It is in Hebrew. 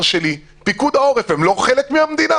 שלי פיקוד העורף הם לא חלק מהמדינה?